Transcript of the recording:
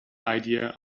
idea